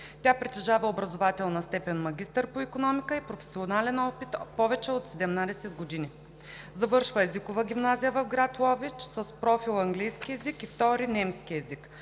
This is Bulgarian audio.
Тя притежава образователна степен „магистър по икономика“ и професионален опит повече от 17 години. Завършва езикова гимназия в град Ловеч с профил по английски език и втори немски език.